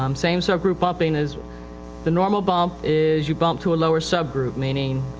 um same sub-group bumping is the normal bump is you bump to a lower sub-group. meaning,